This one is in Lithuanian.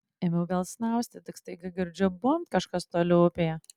ėmiau vėl snausti tik staiga girdžiu bumbt kažkas toli upėje